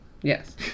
Yes